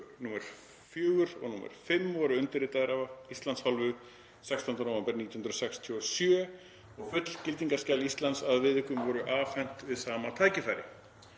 3, nr. 4 og nr. 5 voru undirritaðir af Íslands hálfu 16. nóvember 1967 og fullgildingarskjal Íslands að viðaukum var afhent við sama tækifæri.